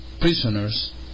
prisoners